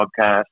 podcast